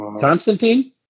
Constantine